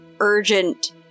urgent